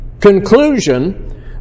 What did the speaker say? Conclusion